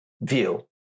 view